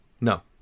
No